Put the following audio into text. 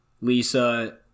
Lisa